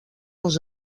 els